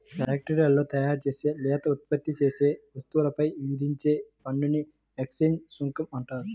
ఫ్యాక్టరీలో తయారుచేసే లేదా ఉత్పత్తి చేసే వస్తువులపై విధించే పన్నుని ఎక్సైజ్ సుంకం అంటారు